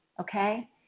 Okay